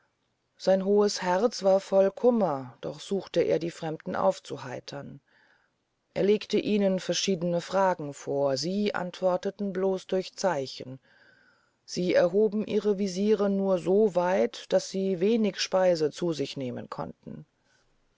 sein hohes herz war voll kummer doch suchte er die fremden aufzuheitern er legte ihnen verschiedene fragen vor sie antworteten blos durch zeichen sie erhoben ihre visire nur so weit daß sie wenig speise zu sich nehmen konnten